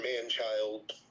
man-child